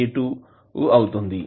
521 A 2 అవుతుంది